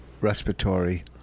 respiratory